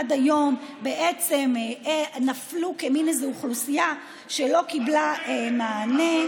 עד היום הם בעצם נפלו כמו איזו אוכלוסייה שלא קיבלה מענה,